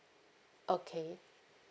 okay